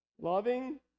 loving